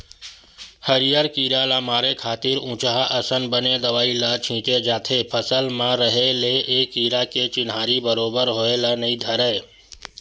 हरियर कीरा ल मारे खातिर उचहाँ असन बने दवई ल छींचे जाथे फसल म रहें ले ए कीरा के चिन्हारी बरोबर होय ल नइ धरय